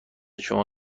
شما